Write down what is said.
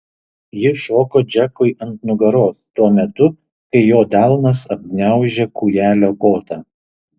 ji šoko džekui ant nugaros tuo metu kai jo delnas apgniaužė kūjelio kotą